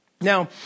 Now